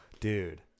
dude